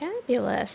Fabulous